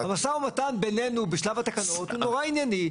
המשא ומתן בנינו בשלב התקנות הוא נורא ענייני,